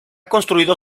construido